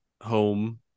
home